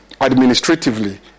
administratively